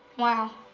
wow.